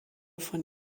von